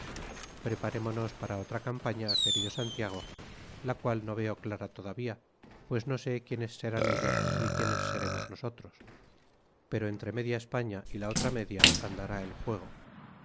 preparémonos para otra campaña querido santiago la cual no veo clara todavía pues no sé quiénes serán ellos ni quiénes seremos nosotros pero entre media españa y la otra media andará el juego